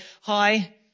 hi